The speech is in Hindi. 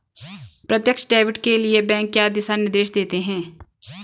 प्रत्यक्ष डेबिट के लिए बैंक क्या दिशा निर्देश देते हैं?